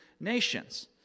nations